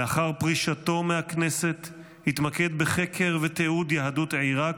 לאחר פרישתו מהכנסת התמקד בחקר ותיעוד יהדות עיראק,